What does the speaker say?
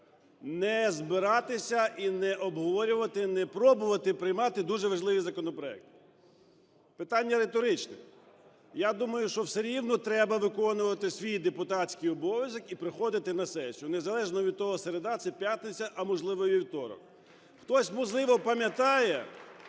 не збиратися і не обговорювати, не пробувати приймати дуже важливі законопроекти? Питання риторичне. Я думаю, що все рівно треба виконувати свій депутатський обов'язок і приходити на сесію, незалежно від того, середа це, п'ятниця, а, можливо, і вівторок. Хтось, можливо, пам'ятає,